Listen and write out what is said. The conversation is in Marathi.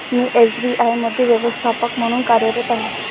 मी एस.बी.आय मध्ये व्यवस्थापक म्हणून कार्यरत आहे